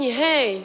hey